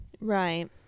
Right